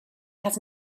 has